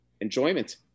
enjoyment